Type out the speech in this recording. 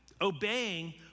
obeying